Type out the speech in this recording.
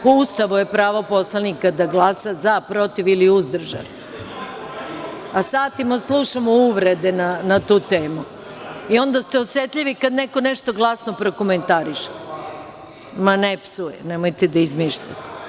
Po Ustavu je pravo poslanika da glasa za, protiv ili uzdržan, a satima slušamo uvrede na tu temu i onda ste osetljivi kada neko nešto glasno prokomentariše. (Marinika Tepić: Pa, psuje.) Ne psuje, nemojte da izmišljate.